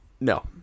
No